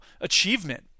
achievement